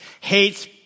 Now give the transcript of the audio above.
hates